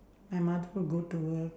my mother will go to work